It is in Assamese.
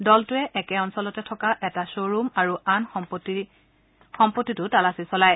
দলটোৱে একে অঞ্চলতে থকা এটা শবৰোম আৰু আন সম্পত্তিটো তালাচী চলায়